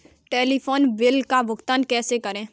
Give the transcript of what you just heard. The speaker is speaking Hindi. टेलीफोन बिल का भुगतान कैसे करें?